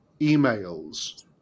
emails